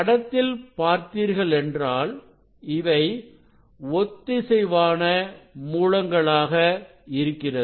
படத்தில் பார்த்தீர்களென்றால் இவை ஒத்திசைவான மூலங்களாக இருக்கிறது